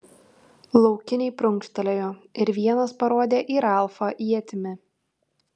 laukiniai prunkštelėjo ir vienas parodė į ralfą ietimi